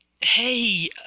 hey